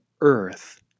earth